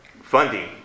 funding